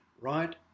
right